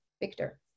Victor